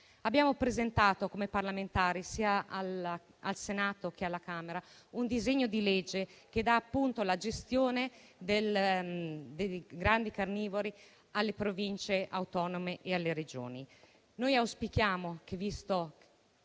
Abbiamo presentato come parlamentari, sia al Senato che alla Camera, un disegno di legge che assegna la gestione dei grandi carnivori alle Province autonome e alle Regioni.